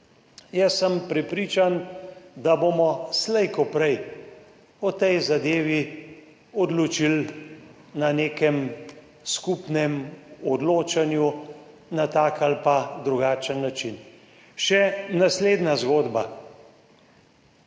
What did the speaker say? Jaz sem prepričan, da bomo slej ko prej o tej zadevi odločili na nekem skupnem odločanju na tak ali drugačen način. Še naslednja zgodba.